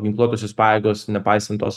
ginkluotosios pajėgos nepaisant tos